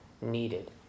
needed